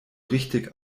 richtig